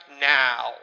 now